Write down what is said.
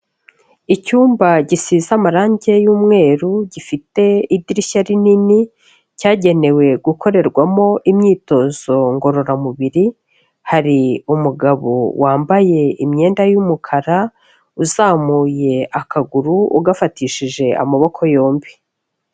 Icyumba gisize amarange y'umweru gifite idirishya rinini cyagenewe gukorerwamo imyitozo ngororamubiri, hari umugabo wambaye imyenda y'umukara uzamuye, akaguru ugafatishije amaboko yombi.